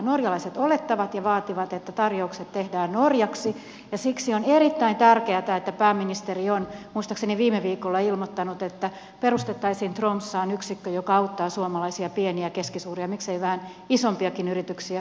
norjalaiset olettavat ja vaativat että tarjoukset tehdään norjaksi ja siksi on erittäin tärkeätä että pääministeri on muistaakseni viime viikolla ilmoittanut että perustettaisiin tromssaan yksikkö joka auttaa suomalaisia pieniä ja keskisuuria miksei vähän isompiakin yrityksiä